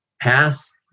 past